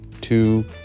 two